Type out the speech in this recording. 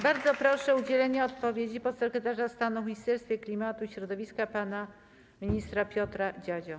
Bardzo proszę o udzielenie odpowiedzi podsekretarza stanu w Ministerstwie Klimatu i Środowiska pana ministra Piotra Dziadzię.